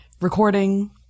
recording